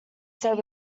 said